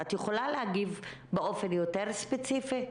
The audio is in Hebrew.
את יכולה להגיב באופן יותר ספציפי?